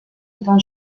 étant